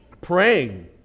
Praying